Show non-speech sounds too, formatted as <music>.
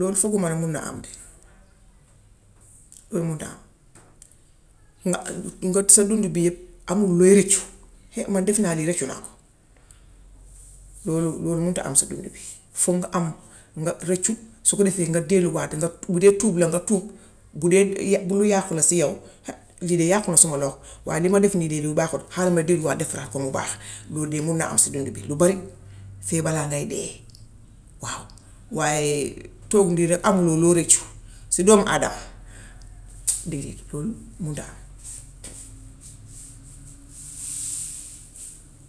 Loolu fuguma ni man na am. Loolu mënta am nga <hesitation> sa dundu bi yépp, amul looy réccu. Hee man def naa lii réccu naa ko. Loolu loolu mënta am si dundu bi. Fokk nga am, nga réccu; su ko defee nga delluwaat nga <hesitation> su dee tuub la, nga tuub. Bu dee <hesitation> lu yàqu la si yaw <unintelligible> nga ni yàqu na si suma loxo waaye li ma def nii de lu baax la. Haaral ma delluwaat defaraat ko mu baax. Loolu de mun naa am si dundu bi lu bari. Fee balaa ngay dee waaw. Waaye toog nii rekk amuloo loo réccu si doom aadama <unintelligible> déedéet loolu munta am.